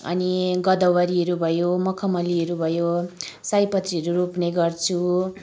अनि गोदावरीहरू भयो मखमलीहरू भयो सयपत्रीहरू रोप्ने गर्छु